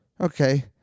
Okay